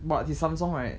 what the samsung right